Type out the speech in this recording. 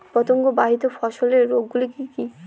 পতঙ্গবাহিত ফসলের রোগ গুলি কি কি?